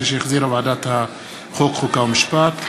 2014, שהחזירה ועדת החוקה, חוק ומשפט,